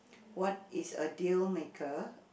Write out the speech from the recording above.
what is a dealmaker